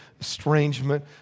estrangement